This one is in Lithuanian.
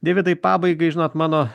deividai pabaigai žinot mano